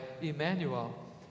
Emmanuel